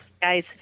Guys